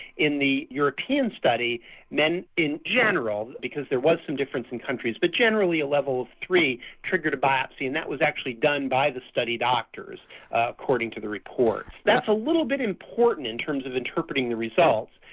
in the european study men in general, because there was some difference in countries, but generally a level of three triggered a biopsy and that was actually done by the study doctors according to the report. that's a little bit important in terms of interpreting the results.